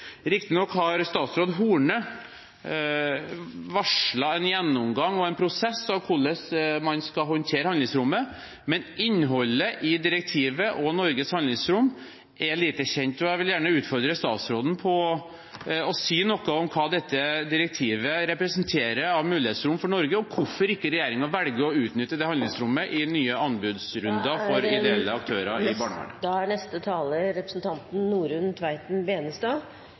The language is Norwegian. har statsråd Horne varslet en gjennomgang av og en prosess for hvordan man skal håndtere handlingsrommet, men innholdet i direktivet og Norges handlingsrom er lite kjent. Jeg vil gjerne utfordre statsråden til å si noe om hva dette direktivet representerer av mulighetsrom for Norge, og hvorfor regjeringen ikke velger å utnytte det handlingsrommet i nye anbudsrunder for ideelle aktører i barnevernet.